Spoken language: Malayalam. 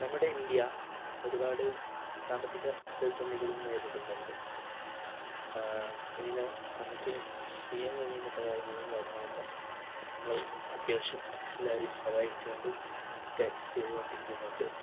നമ്മുടെ ഇന്ത്യ ഒരുപാട് സാമ്പത്തിക പ്രതിസന്ധികൾ നേരിടുന്നുണ്ട് ഇതിനാൽ നമുക്ക് ചെയ്യാൻ കഴിയുന്ന സഹായങ്ങളും കാര്യങ്ങളൊക്കെ നമ്മൾ അത്യാവശ്യം എല്ലാവരേയും സഹായിച്ചുകൊണ്ടും ഒക്കെ ചെയ്തു കൊണ്ടിരിക്കുന്നുണ്ട്